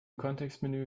kontextmenü